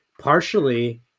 partially